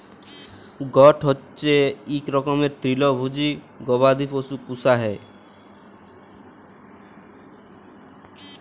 goat হচ্যে ইক রকমের তৃলভজী গবাদি পশু পূষা হ্যয়